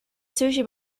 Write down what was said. sushi